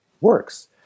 works